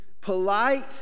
polite